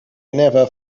never